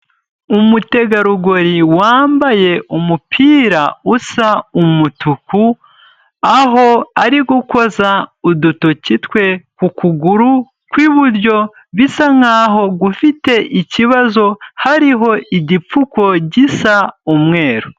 Umutegarugori wambaye umupira usa umutuku, aho ari gukoza udutoki twe ku kuguru kw'iburyo, bisa nk'aho gufite ikibazo, hariho igipfuko gisa umweru.